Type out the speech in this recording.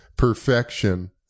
perfection